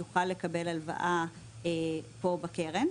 יוכל לקבל הלוואה פה בקרן.